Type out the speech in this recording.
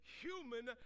human